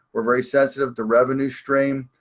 we're very sensitive to revenue stream,